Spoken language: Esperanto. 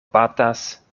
batas